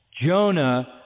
Jonah